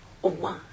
one